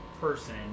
person